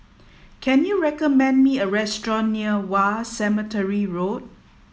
can you recommend me a restaurant near War Cemetery Road